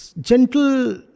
gentle